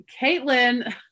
Caitlin